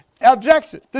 objection